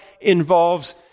involves